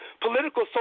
political